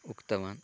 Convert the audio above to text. उक्तवान्